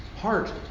heart